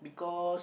cause